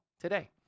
today